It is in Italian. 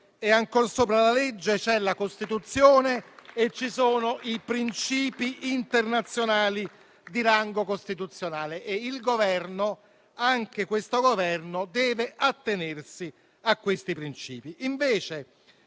Ed ancor sopra la legge c'è la Costituzione e ci sono i principi internazionali di rango costituzionale. Il Governo, anche questo Governo deve attenersi a questi principi. Invece,